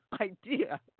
idea